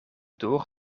door